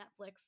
netflix